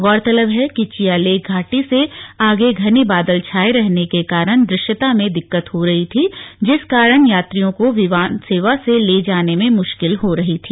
गौरतलब है कि चियालेख घाटी से आगे घने बादल छाए रहने के कारण दृश्यता में दिक्कत हो रही थी जिस कारण यात्रियों को विमान से जाने में मुश्किल हो रही थी